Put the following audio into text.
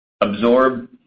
absorb